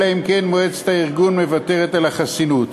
אלא אם כן מועצת הארגון מוותרת על החסינות,